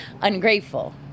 ungrateful